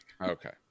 Okay